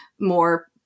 more